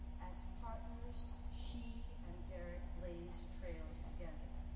as partners, she and derrick blaze trails together.